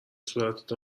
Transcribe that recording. صورتت